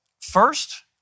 First